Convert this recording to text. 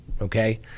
okay